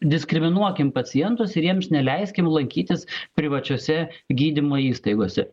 diskriminuokim pacientus ir jiems neleiskim lankytis privačiose gydymo įstaigose